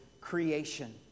creation